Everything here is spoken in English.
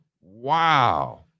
Wow